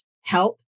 help